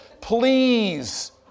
please